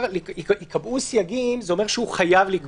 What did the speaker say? ייקבעו סייגים הוא חייב לקבוע סייגים.